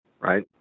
right